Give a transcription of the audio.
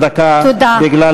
(חבר הכנסת איציק שמולי יוצא מאולם המליאה.) אז אל תצביע לי.